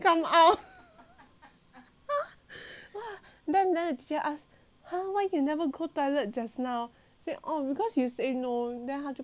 then then the teacher ask !huh! why you never go toilet just now then orh because you say no then 她就告诉我她 say yes